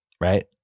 right